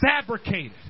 fabricated